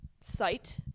site